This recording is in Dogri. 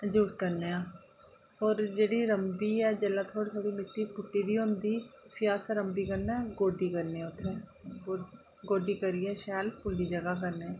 यूज़ करने आं और जेह्ड़ी रम्बी ऐ जेल्लै थोह्ड़ी थोह्ड़ी मित्ती पुट्टी दी हुंदी फ्ही अस रम्बी कन्नै गोड्डी करने आं उत्थै गोड्डी करियै शैल पुल्ली जगह् करने